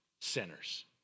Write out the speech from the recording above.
sinners